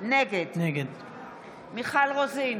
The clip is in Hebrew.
נגד מיכל רוזין,